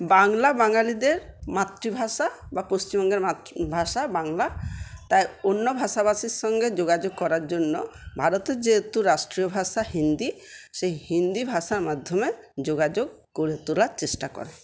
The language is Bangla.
বাংলা বাঙালিদের মাতৃভাষা বা পশ্চিমবঙ্গের ভাষা বাংলা তাই অন্য ভাষাভাষীর সঙ্গে যোগাযোগ করার জন্য ভারতের যেহেতু রাষ্ট্রীয় ভাষা হিন্দি সেই হিন্দি ভাষার মাধ্যমে যোগাযোগ গড়ে তোলার চেষ্টা করে